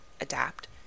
adapt